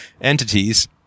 entities